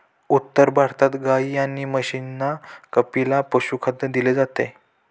उत्तर भारतात गाई आणि म्हशींना कपिला पशुखाद्य दिले जाते